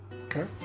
Okay